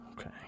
Okay